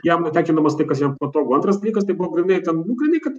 jam nutenkinamas tai kas jam patogu antras dalykas tai buvo grynai ten nu grynai kad